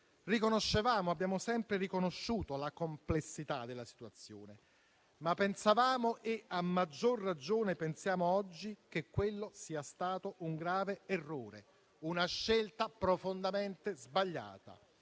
Abbiamo sempre riconosciuto la complessità della situazione, ma pensavamo, e a maggior ragione pensiamo oggi, che quello sia stato un grave errore, una scelta profondamente sbagliata.